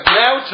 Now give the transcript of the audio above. now